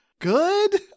good